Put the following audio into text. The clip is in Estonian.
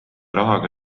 rahaga